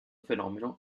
fenomeno